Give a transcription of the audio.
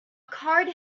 card